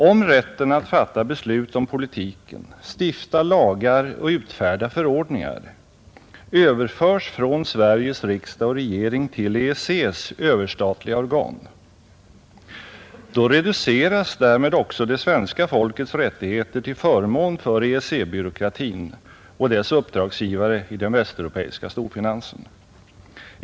Om rätten att fatta beslut om politiken, stifta lagar och utfärda förordningar överförs från Sveriges riksdag och regering till EEC:s överstatliga organ, då reduceras därmed också det svenska folkets rättigheter till förmån för EEC-byråkratin och dess uppdragsgivare i den västeuropeiska storfinansen.